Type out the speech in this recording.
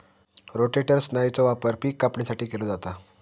rotator स्नायूचो वापर पिक कापणीसाठी केलो जाता